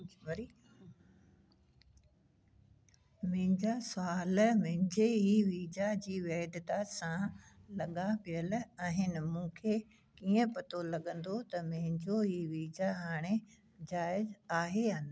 मुंहिंजा सवाल मुंहिंजे ई वीजा जी वैधता सां लॻा पियल आहिनि मुखे कीअं पतो लॻंदो त मुंहिंजो हीउ वीजा हाणे जाइज़ु आहे या न